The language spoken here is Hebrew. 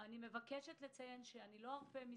אני מציינת שלא ארפה מזה.